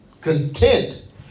Content